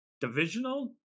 divisional